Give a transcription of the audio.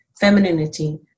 femininity